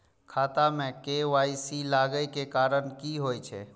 खाता मे के.वाई.सी लागै के कारण की होय छै?